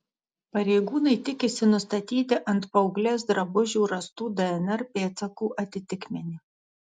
pareigūnai tikisi nustatyti ant paauglės drabužių rastų dnr pėdsakų atitikmenį